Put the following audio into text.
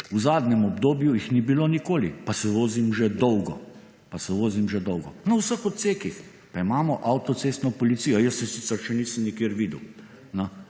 v zadnjem obdobju jih ni bilo nikoli pa se vozim že dolgo na vseh odsekih pa imamo avtocestno policijo. Jaz je sicer še nisem nikjer videl.